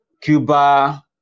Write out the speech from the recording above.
Cuba